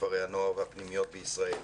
כפרי הנוער והפנימיות בישראל,